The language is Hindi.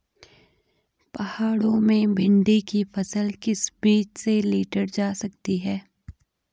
पहाड़ों में भिन्डी की अच्छी फसल किस बीज से लीटर जा सकती है?